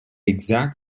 exact